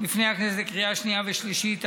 לפני הכנסת לקריאה השנייה והשלישית את